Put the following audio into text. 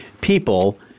people